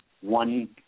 one